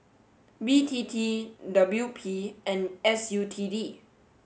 B T T W P and S U T D